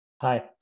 Hi